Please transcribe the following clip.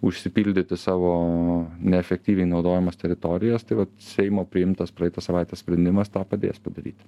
užsipildyti savo neefektyviai naudojamas teritorijas tai vat seimo priimtas praeitą savaitę sprendimas tą padės padaryti